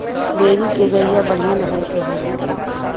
dairy के गईया बढ़िया नसल के होली